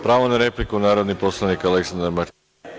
Pravo na repliku, narodni poslanik Aleksandar Martinović.